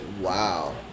Wow